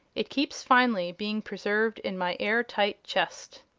it keeps finely, being preserved in my air-tight chest.